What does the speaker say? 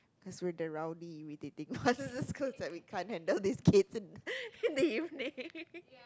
cause with the rowdy irritating ones cause like we can't handle these kids in in the evening